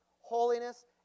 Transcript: holiness